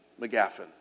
McGaffin